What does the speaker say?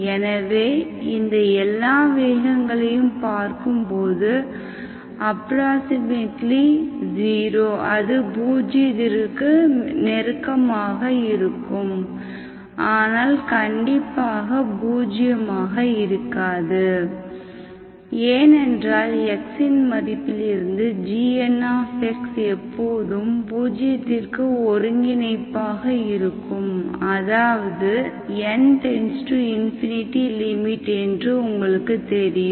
எனவே இந்த எல்லா வேகங்களையும் பார்க்கும்போது 0 அது பூஜ்ஜியத்திற்கு நெருக்கமாக இருக்கும் ஆனால் கண்டிப்பாக பூஜ்ஜியமாக இருக்காது ஏனென்றால் x இன் மதிப்பிலிருந்து gnx எப்போதும் பூஜ்யத்திற்கு ஒருங்கிணைப்பாக இருக்கும் அதாவது n→∞ என்று உங்களுக்கு தெரியும்